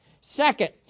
Second